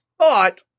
thought